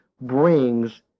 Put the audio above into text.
brings